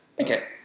okay